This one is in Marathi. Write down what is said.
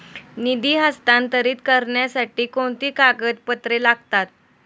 निधी हस्तांतरित करण्यासाठी कोणती कागदपत्रे लागतात?